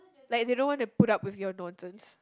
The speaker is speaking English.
like they don't want to put up with your nonsense